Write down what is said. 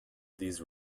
these